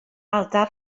ardal